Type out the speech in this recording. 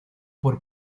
por